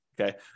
Okay